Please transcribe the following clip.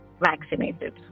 vaccinated